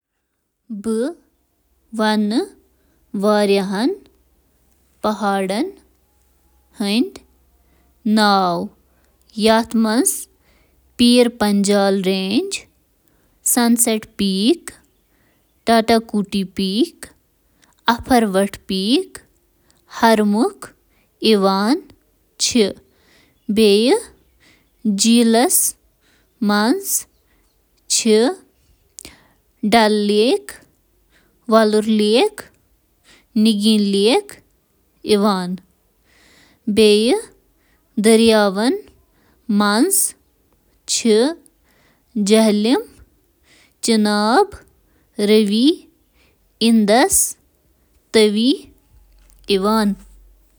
ہندوستانَس منٛز چھِ کینٛہہ پہاڑ، جھیٖل تہٕ دٔریاو: پہاڑ ہندوستانٕک کینٛہہ تھدِ پہاڑَن منٛز چھِ شٲمِل: ماؤنٹ کنگچن جنگا: ٲٹھ ساس پانٛژ ہتھ نَمتھ اَٹھہٕ, میٹر۔ ماؤنٹ نندا دیوی: ستھ ساس ٲٹھ ہتھ شُراہ, میٹر۔ ماؤنٹ کمیٹ: ستھ ساس ستھ ہتھ پنژاہ شےٚ, میٹر۔ جھیل۔ ڈَل جیٖل، وولر جیٖل، پینگونگ تسو، چِلِکا جیٖل۔ دٔریاو: گنگا، برہم پُتر، سندھ گوداوری ، کرشنا ، جمنا تہٕ باقی۔